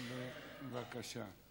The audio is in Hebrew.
בבקשה.